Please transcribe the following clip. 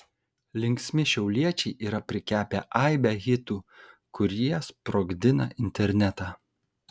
linksmi šiauliečiai yra prikepę aibę hitų kurie sprogdina internetą